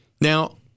Now